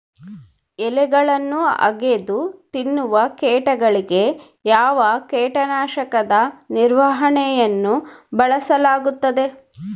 ಎಲೆಗಳನ್ನು ಅಗಿದು ತಿನ್ನುವ ಕೇಟಗಳಿಗೆ ಯಾವ ಕೇಟನಾಶಕದ ನಿರ್ವಹಣೆಯನ್ನು ಬಳಸಲಾಗುತ್ತದೆ?